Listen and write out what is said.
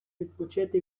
відпочити